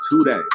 today